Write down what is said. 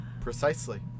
Precisely